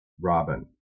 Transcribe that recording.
Robin